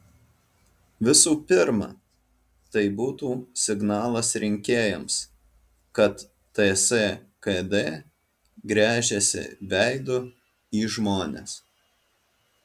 visų pirma tai būtų signalas rinkėjams kad ts kd gręžiasi veidu į žmones